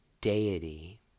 deity